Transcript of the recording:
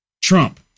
Trump